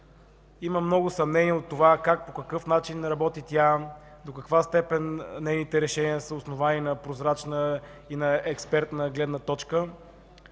Има много съмнения по това как, по какъв начин работи тя, до каква степен нейните решения са основани на прозрачна и експертна гледна точка.